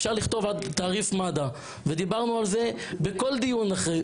אפשר לכתוב תעריף מד"א ודברנו על זה בכל דיון.